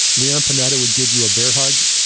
leon panetta would give you a bear hug.